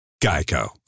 Geico